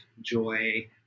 joy